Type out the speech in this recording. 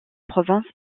provence